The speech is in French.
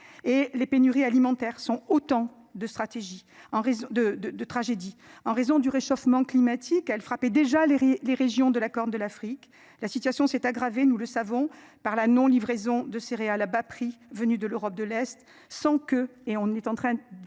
de stratégies en raison de de de tragédie en raison du réchauffement climatique elle frappait déjà les les régions de la Corne de l'Afrique, la situation s'est aggravée, nous le savons par la non livraison de céréales à bas prix venue de l'Europe de l'Est sans que et on est en train